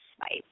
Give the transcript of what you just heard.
Bye